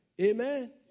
Amen